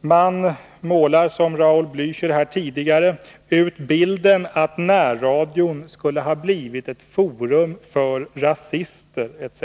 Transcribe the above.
Man målar, som Raul Blächer här tidigare, upp bilden av närradion som ett forum för rasister, etc.